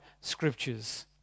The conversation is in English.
scriptures